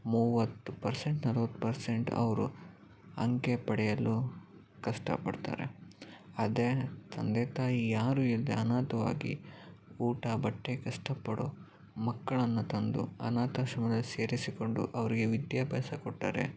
ಮೂವತ್ತು ಪರ್ಸೆಂಟ್ ನಲವತ್ತು ಪರ್ಸೆಂಟ್ ಅವರು ಅಂಕ ಪಡೆಯಲು ಕಷ್ಟಪಡ್ತಾರೆ ಅದೇ ತಂದೆ ತಾಯಿ ಯಾರೂ ಇಲ್ಲದೆ ಅನಾಥವಾಗಿ ಊಟ ಬಟ್ಟೆ ಕಷ್ಟಪಡೋ ಮಕ್ಕಳನ್ನು ತಂದು ಅನಾಥಾಶ್ರಮದಲ್ಲಿ ಸೇರಿಸಿಕೊಂಡು ಅವ್ರಿಗೆ ವಿದ್ಯಾಭ್ಯಾಸ ಕೊಟ್ಟರೆ